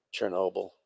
Chernobyl